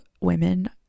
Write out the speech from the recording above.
women